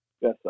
Yes